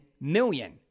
million